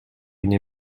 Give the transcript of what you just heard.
une